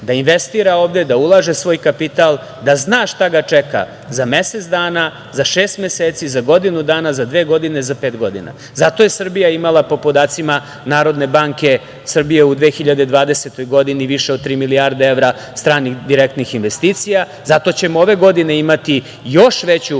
da investira ovde, da ulaže svoj kapital, da zna šta ga čeka za mesec dana, za šest meseci, za godinu dana, za dve godine, za pet godina. Zato je Srbija imala po podacima Narodne banke Srbije u 2020. godini više od tri milijarde evra stranih direktnih investicija. Zato ćemo ove godine imati još veću